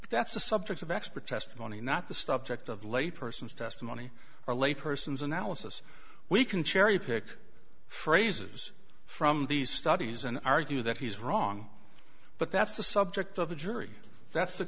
but that's a subject of experts testify only not the stuff checked of lay person's testimony or lay person's analysis we can cherry pick phrases from these studies and argue that he's wrong but that's the subject of the jury that's the